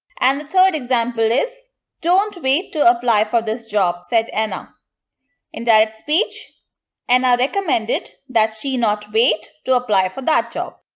and the third example is don't wait to apply for this job, said anna indirect speech anna recommended that she not wait to apply for that job.